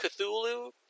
Cthulhu